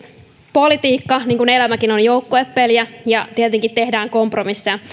politiikka niin kuin elämäkin on joukkuepeliä ja tietenkin tehdään kompromisseja